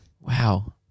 wow